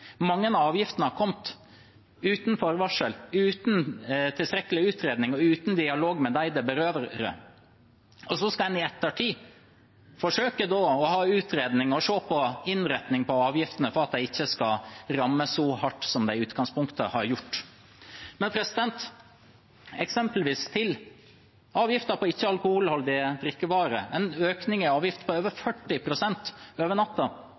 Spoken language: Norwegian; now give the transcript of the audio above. Mange av avgiftene har kommet uten forvarsel, uten tilstrekkelig utredning og uten dialog med dem det berører, og så skal en i ettertid med en utredning forsøkt å se på innretningen på avgiftene for at de ikke skal ramme så hardt som de i utgangspunktet har gjort. Et eksempel er avgiften på ikke-alkoholholdige drikkevarer, der en økte avgiftene med over 40 pst. over